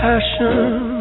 Passion